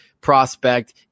prospect